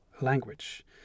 language